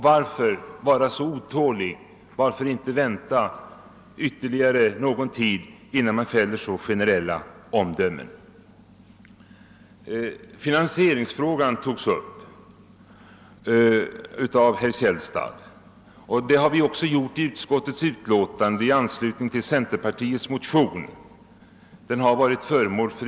Varför vara så otålig, varför inte vänta ytterligare någon tid innan man fäller så generella omdömen? Finansieringsfrågan togs upp av herr Källstad. Den har också varit föremål för utskottets prövning i anslutning till centerpartiets motionspar.